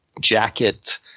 jacket